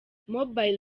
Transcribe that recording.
mobile